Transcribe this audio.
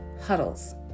huddles